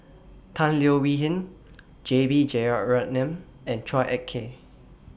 Tan Leo Wee Hin J B Jeyaretnam and Chua Ek Kay